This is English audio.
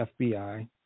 FBI